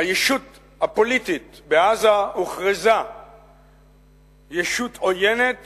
הישות הפוליטית בעזה הוכרזה ישות עוינת